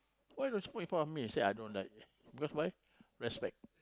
why don't smoke in front of me I say I don't like because why respect